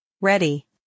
ready